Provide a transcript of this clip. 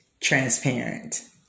transparent